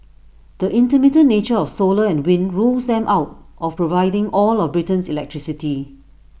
the intermittent nature of solar and wind rules them out of providing all of Britain's electricity